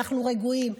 אנחנו רגועים,